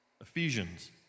Ephesians